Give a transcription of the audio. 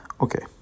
okay